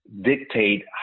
dictate